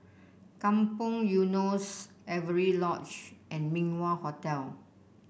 Kampong Eunos Avery Lodge and Min Wah Hotel